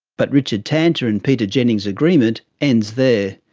but richard tanter and peter jennings' agreement ends there.